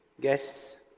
guests